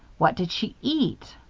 what did she eat?